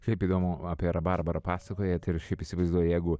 kaip įdomu apie rabarbarą pasakojat ir šiaip įsivaizduoju jeigu